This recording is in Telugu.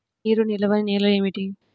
నీరు నిలువని నేలలు ఏమిటి?